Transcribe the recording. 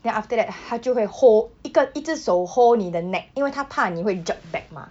then after that 他就会 hold 一个一只手 hold 你的 neck 因为他怕你会 jerk back 吗